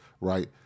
right